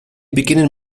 beginnen